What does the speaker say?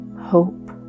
hope